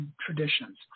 traditions